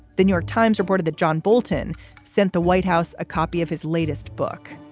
the new york times reported that john bolton sent the white house a copy of his latest book.